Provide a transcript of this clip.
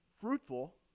fruitful